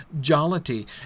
jollity